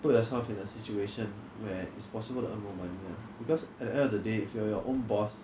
put yourself in a situation where it's possible to earn more money ah because at the end of the day if you are your own boss